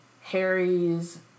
Harry's